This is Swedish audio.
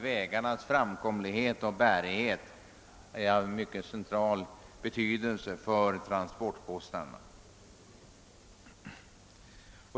Vägarnas framkomlighet och bärighet är av avgörande betydelse för transportkostnaderna.